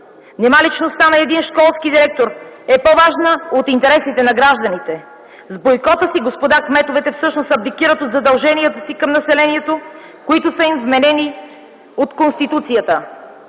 Нима личността на един школски директор е по-важна от интересите на гражданите? С бойкота си господа кметовете всъщност абдикират от задълженията си към населението, които са им вменени от Конституцията.